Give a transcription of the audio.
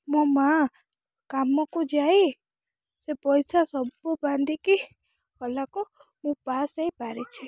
ମୋ ମାଆ କାମକୁ ଯାଇ ସେ ପଇସା ସବୁ ବାନ୍ଧିକି କଲାକୁ ମୁଁ ପାସ୍ ହେଇପାରିଛି